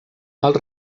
els